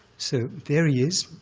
so there he is,